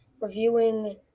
reviewing